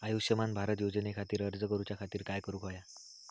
आयुष्यमान भारत योजने खातिर अर्ज करूच्या खातिर काय करुक होया?